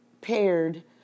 paired